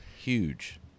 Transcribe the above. Huge